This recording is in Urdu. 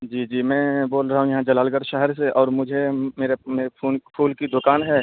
جی جی میں بول رہا ہوں یہاں جلال گڑھ شہر سے اور مجھے پھول کی دکان ہے